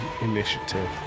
initiative